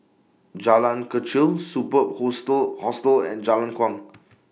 Jalan Kechil Superb Hostel Hostel and Jalan Kuang